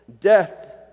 death